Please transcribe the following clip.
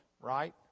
right